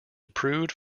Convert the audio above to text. approved